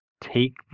Take